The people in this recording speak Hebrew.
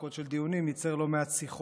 יצר לא מעט שיחות ביניים.